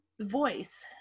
voice